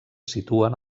situen